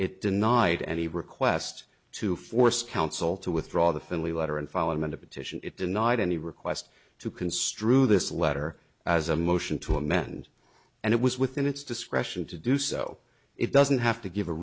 it denied any request to force counsel to withdraw the finley letter and fallen on the petition it denied any request to construe this letter as a motion to amend and it was within its discretion to do so it doesn't have to give a